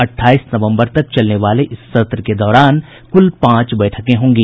अठाईस नवम्बर तक चलने वाले इस सत्र के दौरान कुल पांच बैठकें होंगी